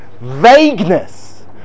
Vagueness